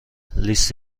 لیست